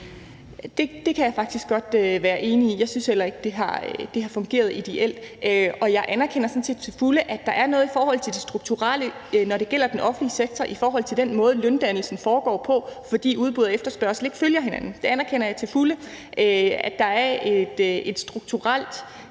Det kan jeg faktisk godt være enig i. Jeg synes heller ikke, det har fungeret ideelt, og jeg anerkender sådan set til fulde, at der er noget i forhold til det strukturelle, når det gælder den offentlige sektor, i forhold til den måde, løndannelsen foregår på, fordi udbud og efterspørgsel ikke følger hinanden. Jeg anerkender til fulde, at der dér er et strukturelt